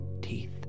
teeth